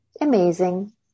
Amazing